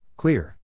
Clear